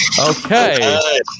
Okay